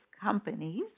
companies